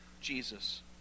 Jesus